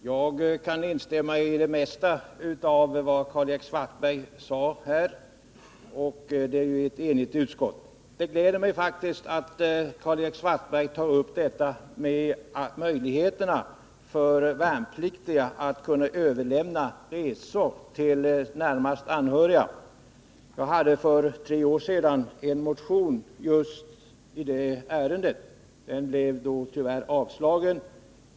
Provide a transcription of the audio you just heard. Herr talman! Jag kan instämma i det mesta av vad Karl-Erik Svartberg sade här, och utskottet är ju enigt. Det gläder mig att Karl-Erik Svartberg tog upp detta med möjligheterna för värnpliktiga att överlämna resor till närmaste anhöriga. Jag väckte för tre år sedan en motion just i det ärendet, men den blev tyvärr avslagen.